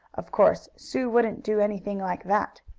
of course sue wouldn't do anything like that.